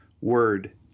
Word